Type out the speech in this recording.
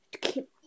keep